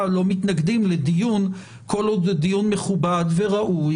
לא מתנגדים לדיון כל עוד זה דיון מכובד וראוי,